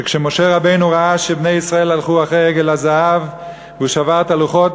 שכשמשה רבנו ראה שבני ישראל הלכו אחרי עגל הזהב הוא שבר את הלוחות.